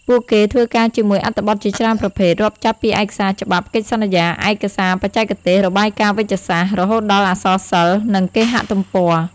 ពួកគេធ្វើការជាមួយអត្ថបទជាច្រើនប្រភេទ រាប់ចាប់ពីឯកសារច្បាប់ កិច្ចសន្យា ឯកសារបច្ចេកទេស របាយការណ៍វេជ្ជសាស្ត្រ រហូតដល់អក្សរសិល្ប៍ និងគេហទំព័រ។